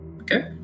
Okay